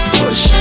push